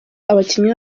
abakinnyi